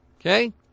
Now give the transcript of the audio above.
Okay